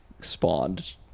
spawned